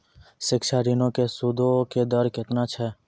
शिक्षा ऋणो के सूदो के दर केतना छै?